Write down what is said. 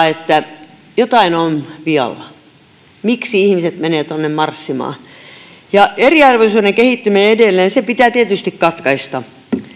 että jotain on vialla minkä takia ihmiset menevät tuonne marssimaan eriarvoisuuden kehittyminen edelleen pitää tietysti katkaista